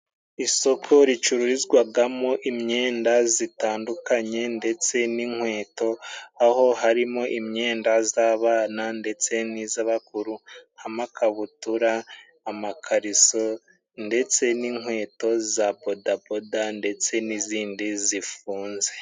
Isoko ricururizwagamo imyenda zitandukanye, ndetse n'inkweto aho harimo imyenda z'abana, ndetse n'iz'abakuru amakabutura, amakariso, ndetse n'inkweto za bodaboda ndetse n'izindi zifunze.